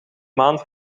maand